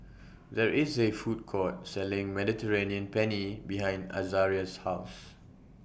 There IS A Food Court Selling Mediterranean Penne behind Azaria's House